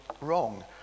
wrong